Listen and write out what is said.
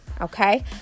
okay